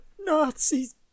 Nazis